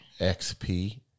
XP